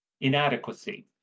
inadequacy